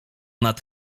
nad